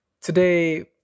Today